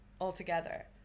Altogether